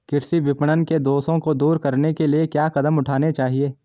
कृषि विपणन के दोषों को दूर करने के लिए क्या कदम उठाने चाहिए?